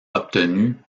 obtenus